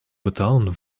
betalen